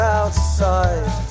outside